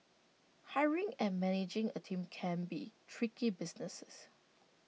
hiring and managing A team can be tricky businesses